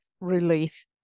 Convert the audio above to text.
relief